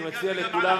אני מציע לכולם,